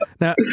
Now